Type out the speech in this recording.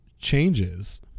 changes